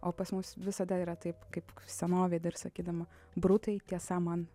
o pas mus visada yra taip kaip senovėj dar sakydama brutai tiesa man